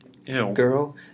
Girl